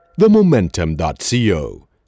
Themomentum.co